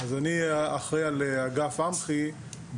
אז אני אחראי על אגף אמח"י,